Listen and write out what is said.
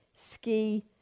ski